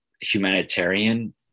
humanitarian